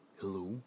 Hello